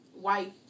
white